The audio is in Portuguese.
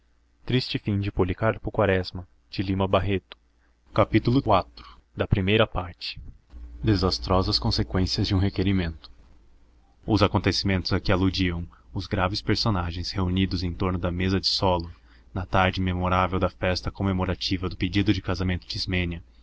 e o piano gemia desastrosas conseqüências de um requerimento os acontecimentos a que aludiam os graves personagens reunidos em torno da mesa de solo na tarde memorável da festa comemorativa do pedido de casamento de ismênia